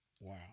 Wow